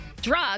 drug